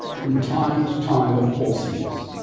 from time to time of course he is.